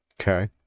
Okay